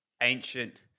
ancient